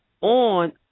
On